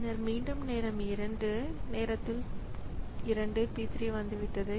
பின்னர் மீண்டும் நேரம் 2 நேரத்தில் 2 P 3 வந்துவிட்டது